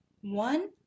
One